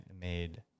made